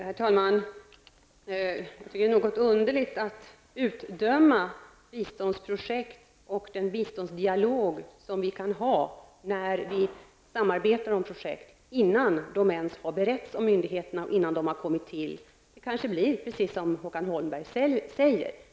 Herr talman! Det är något underligt att man utdömer biståndsprojekt och den biståndsdialog vi kan ha när vi samarbetar om projekt innan de ens har beretts av myndigheterna. Det kanske blir precis så som Håkan Holmberg säger.